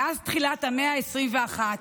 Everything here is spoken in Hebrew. מאז תחילת המאה ה-21,